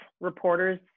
reporters